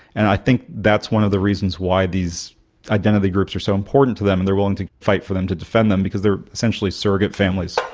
and i think that's one of the reasons why these identity groups are so important to them and they are willing to fight for them to defend them because they are essentially surrogate families.